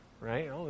Right